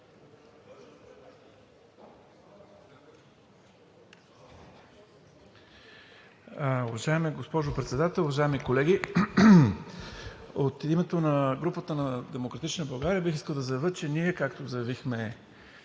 Уважаема госпожо Председател, уважаеми колеги! От името на групата на „Демократична България“ бих искал да заявя, че ние, както заявихме